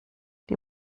die